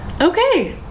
okay